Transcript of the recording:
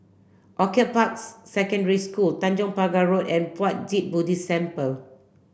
Orchid Parks Secondary School Tanjong Pagar Road and Puat Jit Buddhist Temple